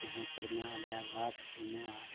ᱡᱟᱦᱟᱸ ᱠᱚᱨᱮᱱᱟᱜ ᱞᱟᱵᱷᱠᱚ ᱮᱢᱚᱜᱼᱟ